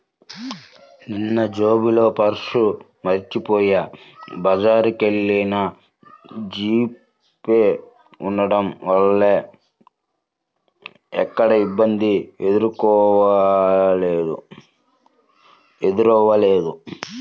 నిన్నజేబులో పర్సు మరచిపొయ్యి బజారుకెల్లినా జీపే ఉంటం వల్ల ఎక్కడా ఇబ్బంది ఎదురవ్వలేదు